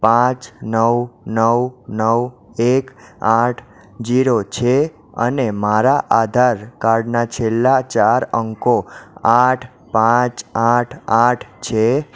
પાંચ નવ નવ નવ એક આઠ જીરો છે અને મારા આધાર કાર્ડના છેલ્લા ચાર અંકો આઠ પાંચ આઠ આઠ છે